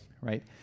Right